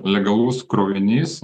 legalus krovinys